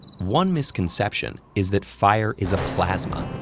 one misconception is that fire is a plasma,